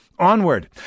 onward